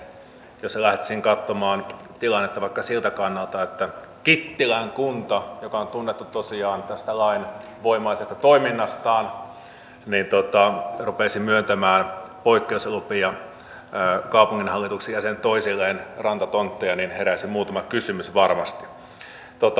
jos lähtisin katsomaan tilannetta vaikka siltä kannalta että kittilän kunta joka on tunnettu tosiaan tästä lainvoimaisesta toiminnastaan rupeaisi myöntämään poikkeuslupia kaupunginhallituksen jäsenet toisilleen rantatontteja niin heräisi muutama kysymys varmasti